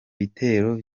bitero